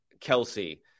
Kelsey